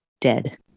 dead